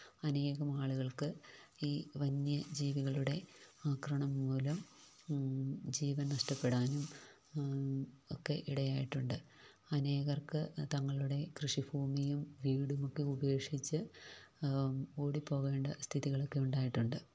അനേകമാളുകൾക്ക് ഈ വന്യജീവികളുടെ ആക്രമണംമൂലം ജീവൻ നഷ്ടപ്പെടാനും ഒക്കെ ഇടയായിട്ടുണ്ട് അനേകർക്ക് തങ്ങളുടെ കൃഷിഭൂമിയും വീടുമൊക്കെ ഉപേക്ഷിച്ച് ഓടിപ്പോകേണ്ട സ്ഥിതികളൊക്കെയുണ്ടായിട്ടുണ്ട്